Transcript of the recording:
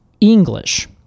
English